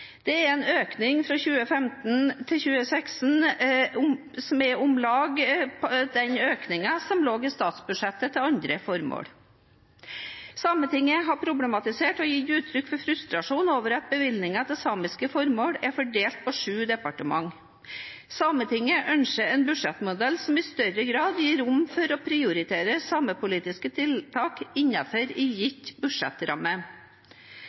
Det er en økning fra 2015 til 2016 som er om lag lik den økningen som lå i statsbudsjettet til andre formål. Sametinget har problematisert og gitt uttrykk for frustrasjon over at bevilgningene til samiske formål er fordelt på sju departementer. Sametinget ønsker en budsjettmodell som i større grad gir rom for å prioritere samepolitiske tiltak